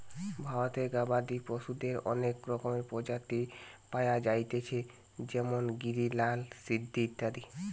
ভারতে গবাদি পশুদের অনেক রকমের প্রজাতি পায়া যাইতেছে যেমন গিরি, লাল সিন্ধি ইত্যাদি